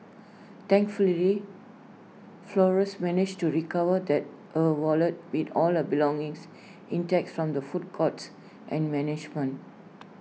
thankfully Flores managed to recover that her wallet with all her belongings intact from the food court's and management